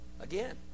Again